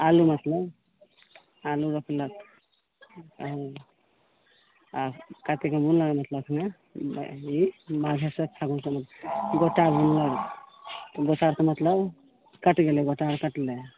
आलू मतलब आलू रोपलक हँ आ कातिकमे बुनलक मतलब माघेसँ फागुन सबमे गोटा बुनलक गोटाके मतलब कटि गेलै गोटा कटलै